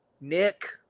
Nick